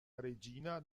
regina